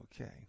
Okay